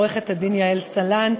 עו"ד יעל סלנט.